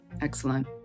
Excellent